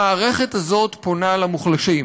המערכת הזאת פונה למוחלשים,